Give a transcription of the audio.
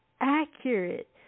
accurate